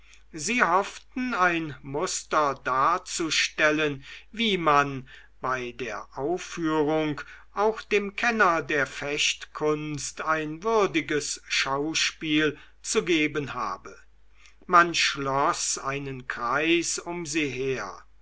sie hofften ein muster darzustellen wie man bei der aufführung auch dem kenner der fechtkunst ein würdiges schauspiel zu geben habe man schloß einen kreis um sie her